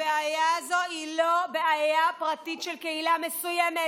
הבעיה הזאת היא לא בעיה פרטית של קהילה מסוימת,